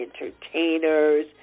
entertainers